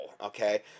Okay